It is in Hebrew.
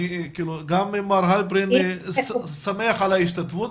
גם מר הלפרין שמח על ההשתתפות,